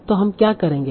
तो हम क्या करेंगे